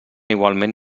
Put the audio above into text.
igualment